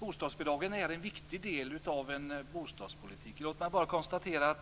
Bostadsbidragen är en viktig del av en bostadspolitik. Låt mig bara konstatera